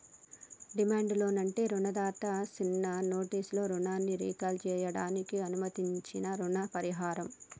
demand loan అంటే రుణదాత సిన్న నోటీసులో రుణాన్ని రీకాల్ సేయడానికి అనుమతించించీ రుణ పరిహారం